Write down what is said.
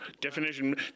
Definition